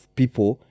people